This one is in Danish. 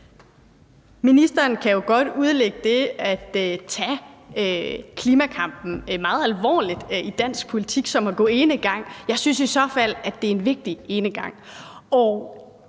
Ministeren kan jo godt udlægge det at tage klimakampen meget alvorligt i dansk politik som at gå enegang. Jeg synes i så fald, at det er en vigtig enegang.